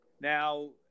Now